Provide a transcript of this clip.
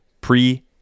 pre